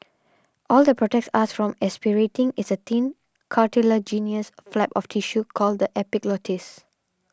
all that protects us from aspirating is a thin cartilaginous flap of tissue called the epiglottis